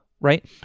right